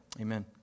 Amen